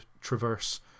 traverse